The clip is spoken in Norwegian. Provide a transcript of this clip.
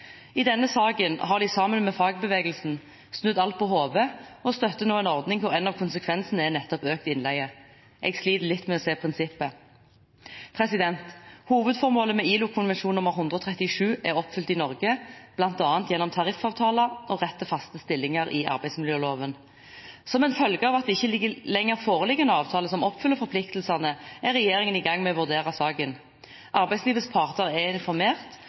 I denne saken har de sammen med fagbevegelsen snudd alt på hodet og støtter nå en ordning hvor en av konsekvensene er nettopp økt innleie. Jeg sliter litt med å se prinsippet. Hovedformålet med ILO-konvensjon 137 er oppfylt i Norge, bl.a. gjennom tariffavtaler og rett til faste stillinger i arbeidsmiljøloven. Som en følge av at det ikke lenger foreligger en avtale som oppfyller forpliktelsene, er regjeringen i gang med å vurdere saken. Arbeidslivets parter er informert,